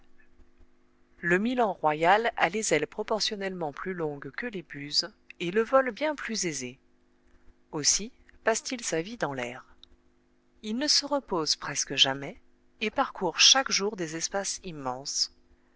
le milan royal a les ailes proportionnellement plus longues que les buses et le vol bien plus aisé aussi passe-t-il sa vie dans l'air il ne se repose presque jamais et parcourt chaque jour des espaces immenses